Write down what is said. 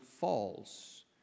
false